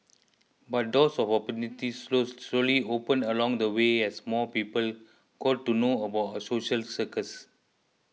but doors of opportunity slow slowly opened along the way as more people got to know about social circus